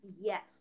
yes